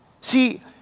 See